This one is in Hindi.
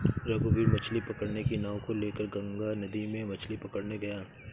रघुवीर मछ्ली पकड़ने की नाव को लेकर गंगा नदी में मछ्ली पकड़ने गया